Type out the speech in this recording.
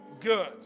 good